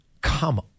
come